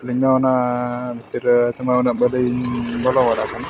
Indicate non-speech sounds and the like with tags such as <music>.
ᱟᱹᱞᱤᱧ ᱱᱚᱜᱼᱚ ᱱᱚᱣᱟ <unintelligible> ᱛᱮᱢᱟ ᱩᱱᱟᱹᱜ ᱵᱟᱹᱞᱤᱧ ᱵᱚᱞᱚ ᱵᱟᱲᱟ ᱟᱠᱟᱱᱟ